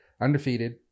undefeated